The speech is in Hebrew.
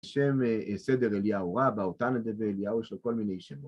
בשם סדר אליהו רב, האותן לדבר אליהו, יש לו כל מיני שמות.